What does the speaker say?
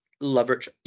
leverage